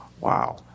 Wow